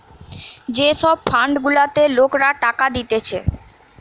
যে সব ফান্ড গুলাতে লোকরা টাকা দিতেছে